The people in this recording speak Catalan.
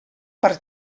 per